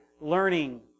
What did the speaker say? learning